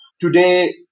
Today